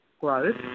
growth